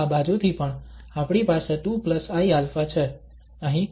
અહીં આપણી પાસે આ 2 iα છે